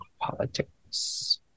Politics